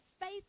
faith